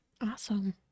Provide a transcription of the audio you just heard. Awesome